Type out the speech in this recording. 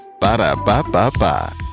Ba-da-ba-ba-ba